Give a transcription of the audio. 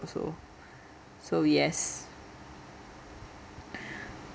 so yes